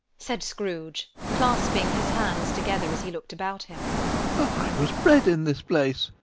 said scrooge, clasping his hands together, as he looked about him. i was bred in this place.